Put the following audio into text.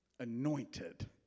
anointed